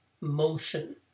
motion